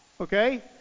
Okay